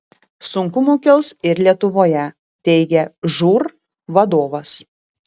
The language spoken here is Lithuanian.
sunkumų kils ir lietuvoje teigia žūr vadovas